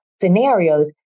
scenarios